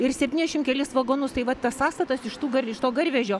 ir septyniašim kelis vagonus tai va tas sąstatas iš tų gar iš to garvežio